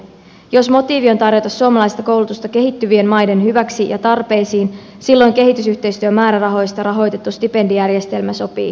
jos motiivina on tarjota suomalaista koulutusta kehittyvien maiden hyväksi ja tarpeisiin silloin kehitysyhteistyömäärärahoista rahoitettu stipendijärjestelmä sopii tarkoitukseen